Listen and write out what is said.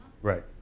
Right